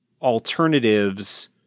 alternatives